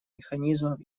механизмов